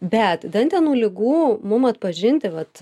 bet dantenų ligų mum atpažinti vat